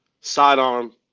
sidearm